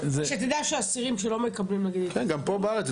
גם פה בארץ.